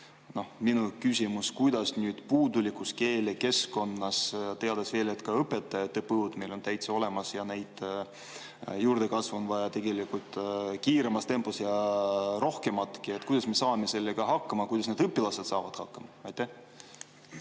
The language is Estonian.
nüüd minu küsimus: kuidas puudulikus keelekeskkonnas, teades veel, et ka õpetajate põud meil on täitsa olemas ja nende juurdekasvu on vaja kiiremas tempos ja rohkematki, me saame sellega hakkama, kuidas need õpilased saavad hakkama? Aitäh!